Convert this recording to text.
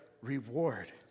reward